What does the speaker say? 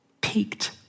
peaked